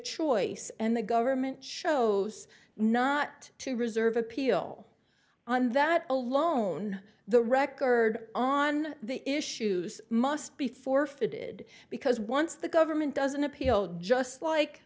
choice and the government shows not to reserve appeal on that alone the record on the issues must be forfeited because once the government doesn't appeal just like